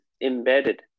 embedded